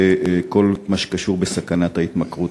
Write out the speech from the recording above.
וכן בכל מה שקשור בסכנת ההתמכרות